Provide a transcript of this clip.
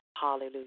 Hallelujah